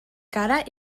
cara